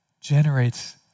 generates